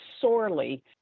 sorely